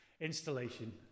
Installation